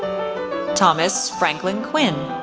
thomas franklin quinn,